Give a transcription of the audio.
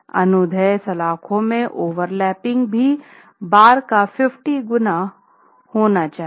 अनुदैर्ध्य सलाखों के लैपिंग भी बार का 50 गुना होना चाहिए